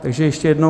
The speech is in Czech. Takže ještě jednou;